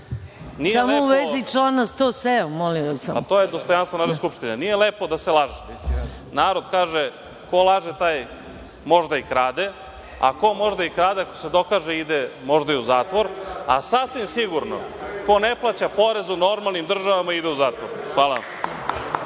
Samo u vezi člana 107. molim vas. **Srbislav Filipović** To je dostojanstvo Narodne skupštine. Nije lepo da se laže. Narod kaže: ko laže, taj možda i krade, a ko možda i krade, ako se dokaže ide možda i u zatvor, a sasvim sigurno ko ne plaća porezu u normalnim državama ide u zatvor. Hvala